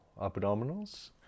abdominals